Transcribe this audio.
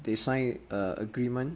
they sign err agreement